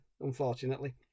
unfortunately